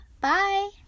Bye